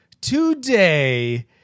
today